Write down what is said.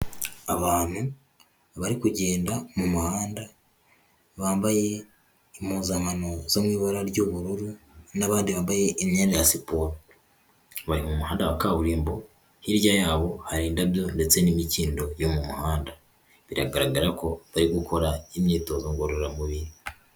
Abantu bari kugenda mu muhanda, bambaye impuzankano zo mu ibara ry'ubururu n'abandi bambaye imyenda ya siporo, bari mu muhanda wa kaburimbo, hirya yabo hari indabyo ndetse n'imikindo yo mu muhanda, biragaragara ko bari gukora imyitozo ngororamubiri.